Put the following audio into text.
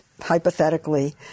hypothetically